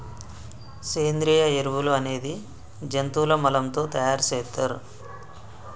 సేంద్రియ ఎరువులు అనేది జంతువుల మలం తో తయార్ సేత్తర్